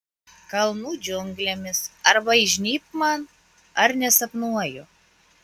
kalnų džiunglėmis arba įžnybk man ar nesapnuoju